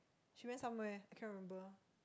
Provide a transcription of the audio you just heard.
she went somewhere I can't remember